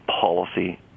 policy